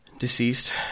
Deceased